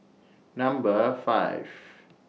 Number five